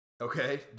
Okay